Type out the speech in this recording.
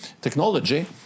technology